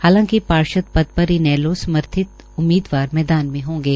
हालांकि पार्षद पद पर इनेलो समर्थित उम्मीदवार मैदान में होंगे